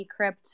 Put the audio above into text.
Decrypt